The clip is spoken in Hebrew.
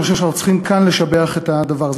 אני חושב שאנחנו צריכים כאן לשבח את הדבר הזה.